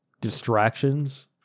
distractions